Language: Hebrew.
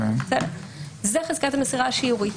זה חזקת המסירה השיורית.